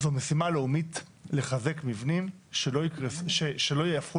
זו משימה לאומית לחזק מבנים שלא יהפכו